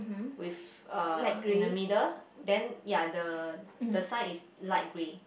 with uh in the middle then ya the the sign is light grey